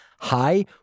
hi